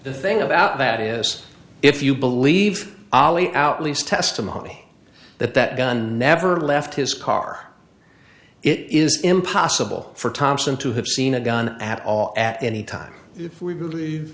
the thing about that is if you believe ali out least testimony that that gun never left his car it is impossible for thompson to have seen a gun at all at any time if we